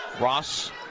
Ross